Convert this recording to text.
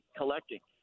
collecting